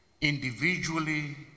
individually